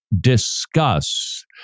discuss